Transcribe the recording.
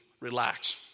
relax